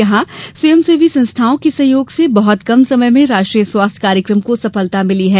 यहाँ स्वयंसेवी संस्थाओं के सहयोग से बहत कम समय में राष्ट्रीय स्वास्थ्य कार्यक्रम को सफलता मिली है